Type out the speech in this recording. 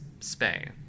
spay